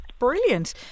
brilliant